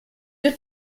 wir